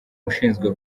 ushinzwe